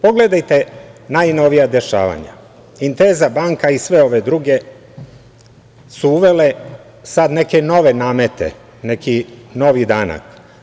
Pogledajte najnovija dešavanja, Inteza banka i sve ove druge su uvele sada neke nove namete, neki novi danak.